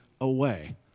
away